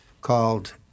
called